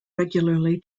regularly